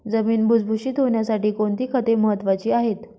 जमीन भुसभुशीत होण्यासाठी कोणती खते महत्वाची आहेत?